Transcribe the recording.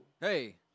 Hey